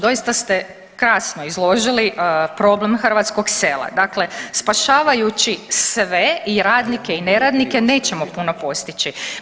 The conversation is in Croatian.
Doista ste krasno izložili problem hrvatskog sela, dakle spašavajući sve i radnike i neradnike nećemo puno postići.